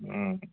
ꯎꯝ